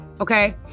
Okay